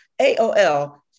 AOL